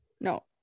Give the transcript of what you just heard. no